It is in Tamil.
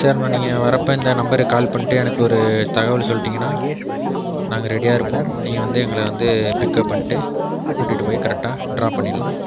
செரிணா நீங்கள் வரப்போ இந்த நம்பருக்கு கால் பண்ணிட்டு எனக்கு ஒரு தகவல் சொல்லிட்டிங்கன்னா நாங்கள் ரெடியாக இருப்போம் நீங்கள் வந்து எங்களை வந்து பிக்கப் பண்ணிட்டு கூட்டிகிட்டு போய் கரெக்ட்டாக ட்ராப் பண்ணிடலாம்